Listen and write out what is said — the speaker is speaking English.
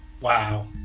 Wow